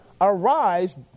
arise